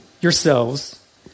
yourselves